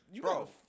Bro